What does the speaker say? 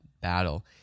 battle